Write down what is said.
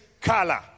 color